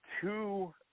two